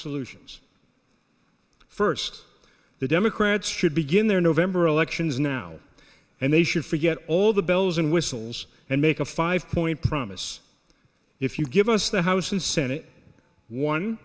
solutions first the democrats should begin their november elections now and they should forget all the bells and whistles and make a five point promise if you give us the house and senate one